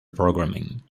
programming